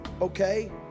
okay